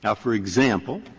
yeah for example,